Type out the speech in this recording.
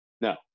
No